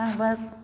आंबा